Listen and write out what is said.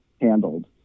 handled